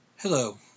Hello